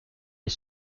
est